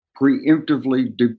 preemptively